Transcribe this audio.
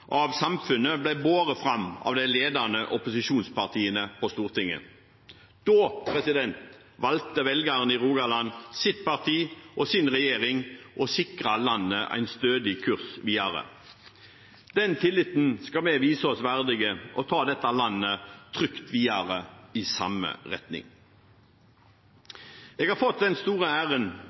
av samfunnet ble båret fram av de ledende opposisjonspartiene på Stortinget, valgte velgerne i Rogaland sitt parti og sin regjering og sikret landet en stødig kurs videre. Den tilliten skal vi vise oss verdig og ta dette landet trygt videre i samme retning. Jeg har fått den store æren